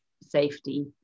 safety